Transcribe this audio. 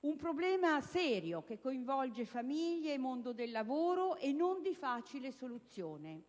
un problema serio, che coinvolge famiglie e mondo del lavoro, e non di facile soluzione: